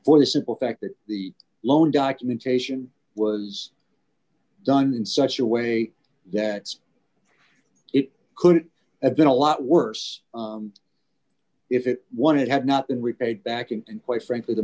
for the simple fact that the loan documentation was done in such a way that it could have been a lot worse if it one it had not been repaid back and quite frankly the